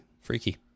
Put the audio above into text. freaky